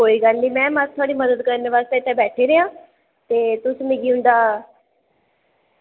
कोई गल्ल निं मैम अस थुआढ़ी मदद करने गी इत्थें बैठे दे आं ते तुस मिगी इंदा